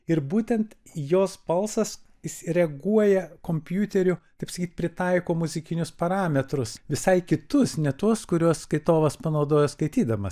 ir būtent jos balsas jis reaguoja kompiuteriu taip sakyt pritaiko muzikinius parametrus visai kitus ne tuos kuriuos skaitovas panaudojo skaitydamas